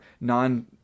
non